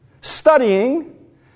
studying